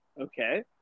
Okay